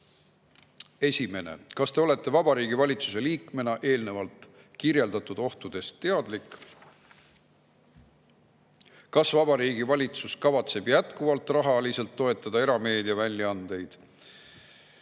küsimus: kas te olete Vabariigi Valitsuse liikmena eelnevalt kirjeldatud ohtudest teadlik? Kas Vabariigi Valitsus kavatseb jätkuvalt rahaliselt toetada erameediaväljaandeid